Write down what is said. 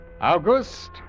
August